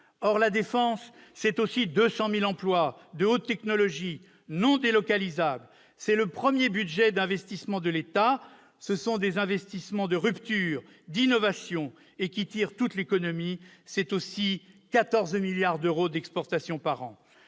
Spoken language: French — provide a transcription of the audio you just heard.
Or la défense, c'est aussi 200 000 emplois, de haute technologie et non délocalisables ; c'est le premier budget d'investissement de l'État ; ce sont des investissements de rupture et d'innovation, qui tirent toute l'économie ; c'est également 14 milliards d'euros d'exportations par an.